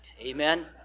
Amen